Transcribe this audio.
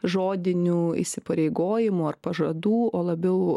žodinių įsipareigojimų ar pažadų o labiau